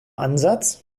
ansatz